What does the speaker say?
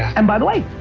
and by the way,